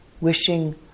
wishing